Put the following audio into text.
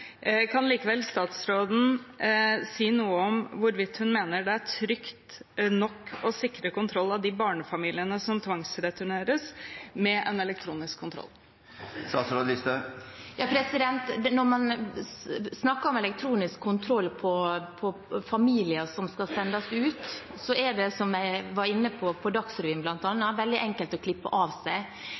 Kan likevel statsråden si noe om hvorvidt hun mener det er trygt nok å sikre kontroll av de barnefamiliene som tvangsreturneres, med en elektronisk kontroll? Når man snakker om den typen elektronisk kontroll som brukes på familier som skal sendes ut, er den, som jeg var inne på bl.a. i Dagsrevyen, veldig enkel å klippe av